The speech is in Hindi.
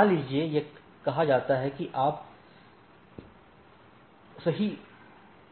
मान लीजिए कि यह कहा जाता है कि आप सही